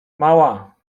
mała